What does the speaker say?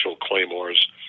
claymores